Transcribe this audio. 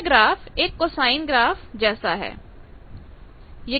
यह ग्राफ एक कोसाइन जैसा ग्राफ है